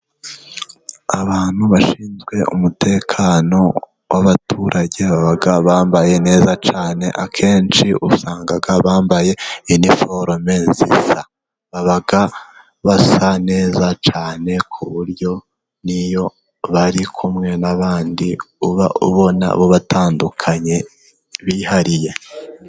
Abantu bashinzwe umutekano w'abaturage baba bambaye neza cyane akenshi usanga bambaye iniforome zisa. baba basa neza cyane ku buryo n'iyo bari kumwe n'abandi uba ubona bo batandukanye bihariye.